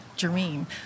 Dream